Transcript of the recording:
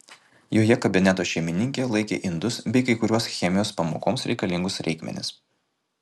joje kabineto šeimininkė laikė indus bei kai kuriuos chemijos pamokoms reikalingus reikmenis